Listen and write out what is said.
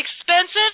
Expensive